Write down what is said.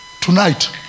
Tonight